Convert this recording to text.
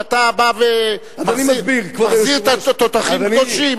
כשאתה בא ומחזיר את התותחים הקדושים,